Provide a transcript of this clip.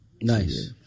Nice